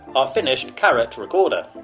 our finished carrot recorder.